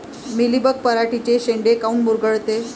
Mealybug पराटीचे चे शेंडे काऊन मुरगळते?